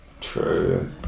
true